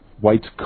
whites